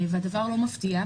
הדבר לא מפתיע,